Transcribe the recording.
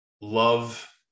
love